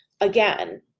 Again